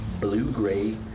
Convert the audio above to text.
blue-gray